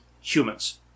humans